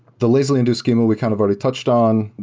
the lazily induced schema, we kind of already touched on.